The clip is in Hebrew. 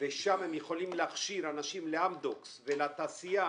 ושם הם יכולים להכשיר אנשים לאמדוקס ולתעשייה,